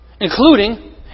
including